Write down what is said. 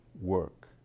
work